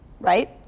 right